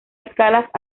escalas